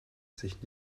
sich